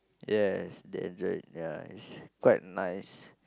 yes they enjoyed yeah it's quite nice